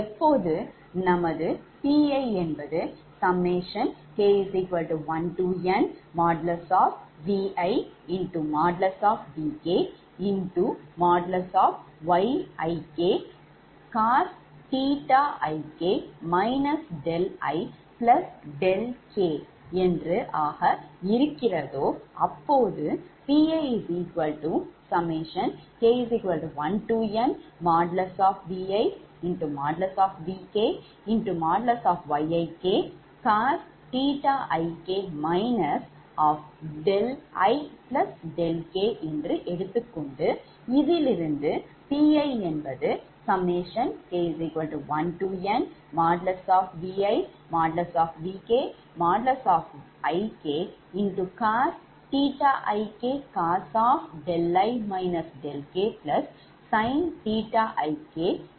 எப்போது நமது Pik1nViVkYikcosik ik ஆக இருக்கிறதோ அப்போதுPik1nViVkYikcosik ik என்று எடுத்துக் கொண்டு இதிலிருந்து Pik1nViVkYikCos ik Cosi kSin ik Sin i k என்று எழுதலாம்